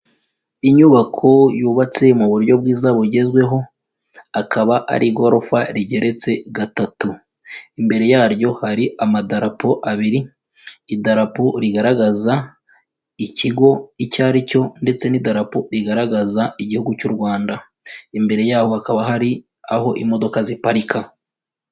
Inyubako yubatse mu buryo bwiza bugezweho, akaba ari igorofa rigeretse gatatu. Imbere yaryo hari amadarapo abiri, idarapo rigaragaza ikigo icyo ari cyo ndetse n'itarapo igaragaza igihugu cy'u Rwanda. Imbere yaho hakaba hari aho imodoka ziparika.